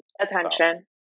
Attention